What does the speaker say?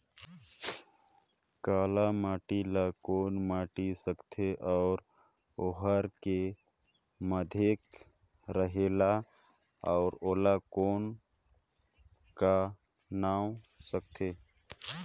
काला माटी ला कौन माटी सकथे अउ ओहार के माधेक रेहेल अउ ओला कौन का नाव सकथे?